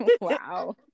Wow